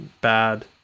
bad